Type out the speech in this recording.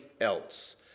else